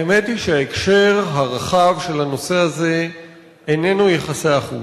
האמת היא שההקשר הרחב של הנושא הזה איננו יחסי החוץ,